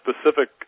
specific